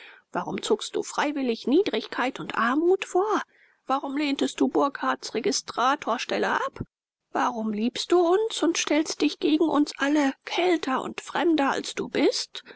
warum zogst du freiwillige niedrigkeit und armut vor warum lehntest du burkhardts registratorstelle ab warum liebst du uns und stellst dich gegen uns alle kälter und fremder als du bist